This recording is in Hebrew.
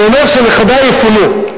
זה אומר שנכדי יפונו.